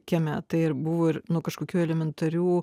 kieme tai ir buvo ir nuo kažkokių elementarių